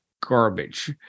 garbage